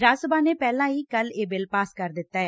ਰਾਜ ਸਭਾ ਨੇ ਪਹਿਲਾਂ ਹੀ ਕੱਲ ਇਹ ਬਿੱਲ ਪਾਸ ਕਰ ਦਿੱਤੈ